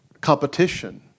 competition